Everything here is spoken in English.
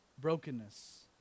Brokenness